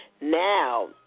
Now